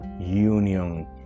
Union